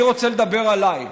אני רוצה לדבר עליי,